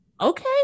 okay